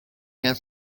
her